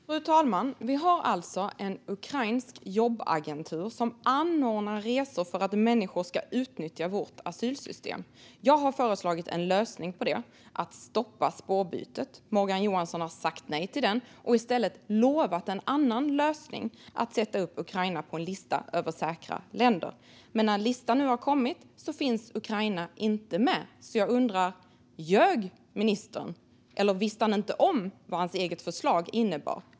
Fru talman! Vi har alltså en ukrainsk jobbagentur som anordnar resor för att människor ska utnyttja vårt asylsystem. Jag har föreslagit en lösning på det, nämligen att stoppa spårbytet. Morgan Johansson har sagt nej till den och i stället lovat en annan lösning, nämligen att sätta upp Ukraina på en lista över säkra länder. Men när listan nu har kommit finns Ukraina inte med. Jag undrar därför: Ljög ministern, eller visste han inte vad hans eget förslag innebar?